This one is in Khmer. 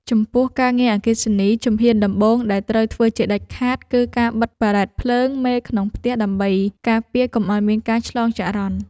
ចំពោះការងារអគ្គិសនី ជំហានដំបូងដែលត្រូវធ្វើជាដាច់ខាត គឺការបិទបារ៉ែតភ្លើងមេក្នុងផ្ទះដើម្បីការពារកុំឱ្យមានការឆ្លងចរន្ត។